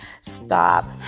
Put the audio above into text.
stop